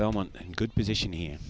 belmont and good position here